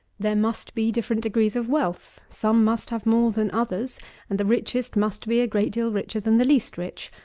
there must be different degrees of wealth some must have more than others and the richest must be a great deal richer than the least rich.